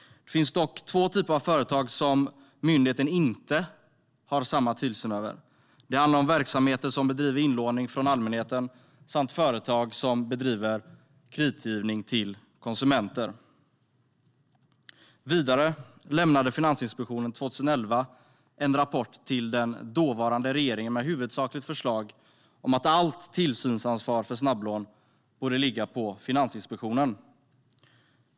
Det finns dock två typer av företag som myndigheten inte har samma tillsyn över. Det handlar om verksamheter som bedriver inlåning från allmänheten och företag som bedriver kreditgivning till konsumenter. Finansinspektionen lämnade 2011 en rapport till dåvarande regering med huvudförslaget att allt tillsynsansvar för snabblån borde ligga på Finansinspektionen.